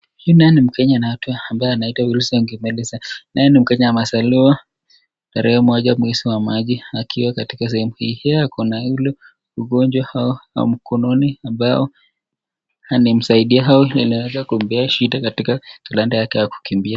Hii nayo ni Mkenya ambaye anaitwa Wesley Kimeli Sang naye ni Mkenya amezaliwa tarehe moja mwezi wa Machi akiwa katika sehemu hii. Pia ako na yule ugonjwa au wa mkononi ambayo imemsaidia au iliweza kumpea shida katika Atlanta yake ya kukimbia.